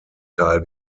teil